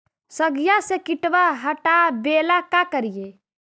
सगिया से किटवा हाटाबेला का कारिये?